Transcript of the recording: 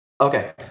okay